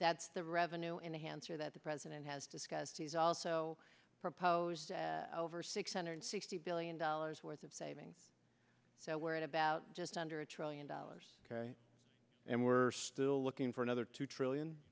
that's the revenue enhancers that the president has discussed he's also proposed over six hundred sixty billion dollars worth of saving so worried about just under a trillion dollars ok and we're still looking for another two trillion